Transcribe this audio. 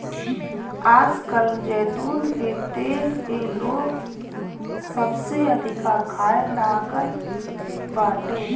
आजकल जैतून के तेल के लोग सबसे अधिका खाए लागल बाटे